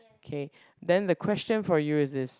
okay then the question for you is this